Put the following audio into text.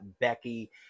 Becky